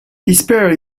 despair